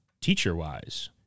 teacher-wise